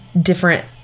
different